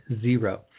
zero